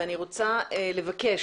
אני רוצה לבקש,